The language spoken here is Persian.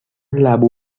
لبو